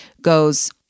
goes